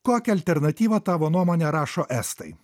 kokią alternatyvą tavo nuomone rašo estai